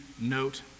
note